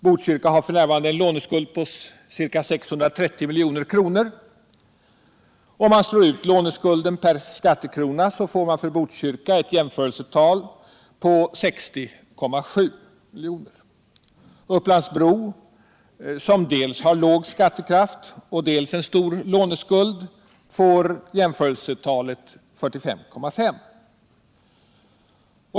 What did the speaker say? Botkyrka har f. n. en låneskuld på ca 630 milj.kr. Om man slår ut låneskulden per skattekrona, får man för Botkyrka ett jämförelsetal på 60,7. Upplands Bro, som dels har låg skattekraft, dels en stor låneskuld, får jämförelsetalet 45,5.